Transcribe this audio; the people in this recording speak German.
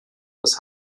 das